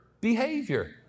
behavior